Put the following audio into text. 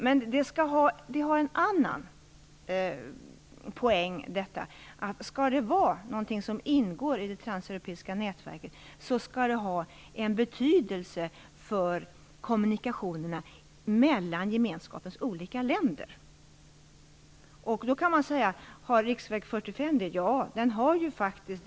Men det finns en annan poäng i detta, nämligen att om det skall vara något som ingår i det transeuropeiska nätverket så skall det ha en betydelse för kommunikationerna mellan gemenskapens olika länder. Då kan man fråga sig om riksväg 45 har en sådan betydelse. Ja, det har den faktiskt.